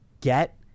get